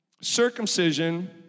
Circumcision